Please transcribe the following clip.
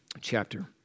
chapter